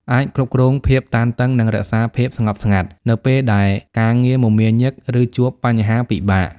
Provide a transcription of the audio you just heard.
អាចគ្រប់គ្រងភាពតានតឹង និងរក្សាភាពស្ងប់ស្ងាត់នៅពេលដែលការងារមមាញឹក ឬជួបបញ្ហាពិបាក។